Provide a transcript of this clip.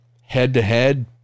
Head-to-head